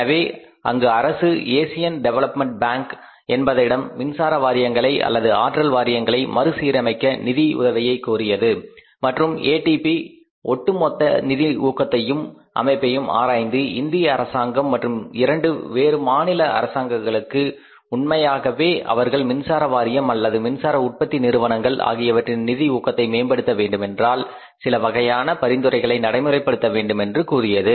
எனவே அங்கு அரசு ஏசியன் டெவெலப்மென்ட் பேங்க் என்பதிடம் மின்சார வாரியங்கள் அல்லது ஆற்றல் வாரியங்களை மறு சீரமைக்க நிதி உதவியை கோரியது மற்றும் ஏடிபி ஒட்டு மொத்த நிதி ஊக்கத்தையும் அமைப்பையும் ஆராய்ந்து இந்திய அரசாங்கம் மற்றும் இரண்டு வேறு மாநில அரசாங்கங்களுக்கு உண்மையாகவே அவர்கள் மின்சார வாரியம் அல்லது மின்சார உற்பத்தி நிறுவனங்கள் ஆகியவற்றின் நிதி ஊக்கத்தை மேம்படுத்த வேண்டுமென்றால் சில வகையான பரிந்துரைகளை நடைமுறைப்படுத்த வேண்டும் என்று கூறியது